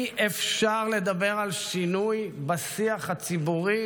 אי-אפשר לדבר על שינוי בשיח הציבורי